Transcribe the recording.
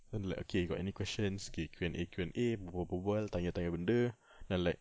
then like okay you got any questions okay Q&A Q&A berbual berbual tanya tanya benda then I'm like